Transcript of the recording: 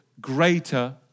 greater